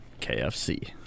KFC